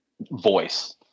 voice